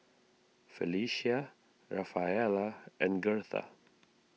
Felicia Rafaela and Girtha